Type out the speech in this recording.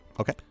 Okay